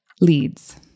Leads